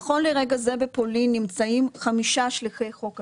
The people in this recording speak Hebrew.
נכון לרגע זה בפולין נמצאים חמישה שליחי חוק השבות.